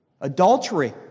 Adultery